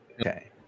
Okay